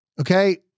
Okay